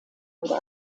oder